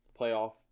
playoff